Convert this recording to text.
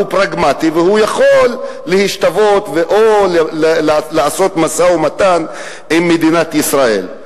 הוא פרגמטי והוא יכול להשתוות או לעשות משא-ומתן עם מדינת ישראל,